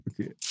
okay